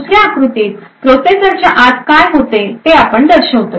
दुसर्या आकृतीत प्रोसेसरच्या आत काय होते ते आपण दर्शवितो